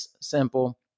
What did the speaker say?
simple